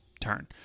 turn